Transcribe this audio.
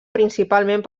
principalment